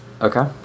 Okay